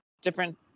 different